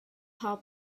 how